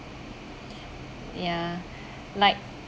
ya like